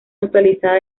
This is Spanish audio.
actualizada